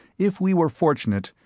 if we were fortunate,